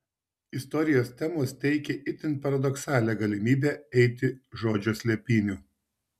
istorijos temos teikė itin paradoksalią galimybę eiti žodžio slėpynių